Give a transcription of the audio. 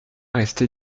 restée